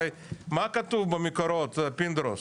הרי מה כתוב במקורות פינדרוס?